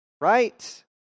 right